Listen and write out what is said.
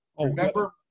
Remember